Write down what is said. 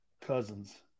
Cousins